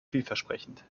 vielversprechend